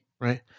right